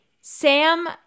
Sam